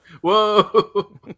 Whoa